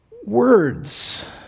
Words